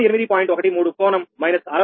13 కోణం మైనస్ 63